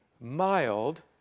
mild